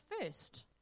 first